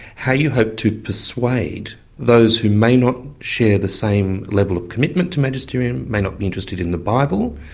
how you hope to persuade those who may not share the same level of commitment to magisterium, may not be interested in the bible.